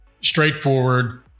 straightforward